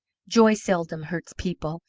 joy seldom hurts people,